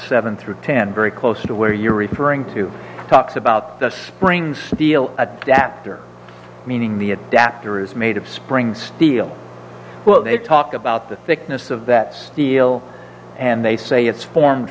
seven through ten very close to where you're referring to talks about the spring steel adapter meaning the adapter is made of spring steel well they talk about the thickness of that steel and they say it's formed